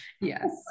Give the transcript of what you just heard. Yes